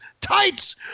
tights